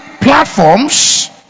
platforms